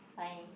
why